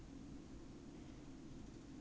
how much more stuff you wanna buy